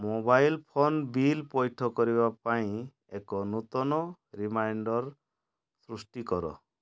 mobile phone bill ପୈଠ କରିବା ପାଇଁ ଏକ ନୂତନ ରିମାଇଣ୍ଡର୍ ସୃଷ୍ଟି କର